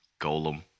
Golem